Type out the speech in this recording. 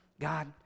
God